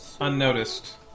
unnoticed